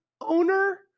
owner